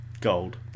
gold